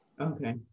Okay